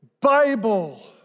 Bible